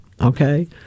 okay